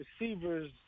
receivers